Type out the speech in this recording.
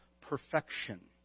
perfection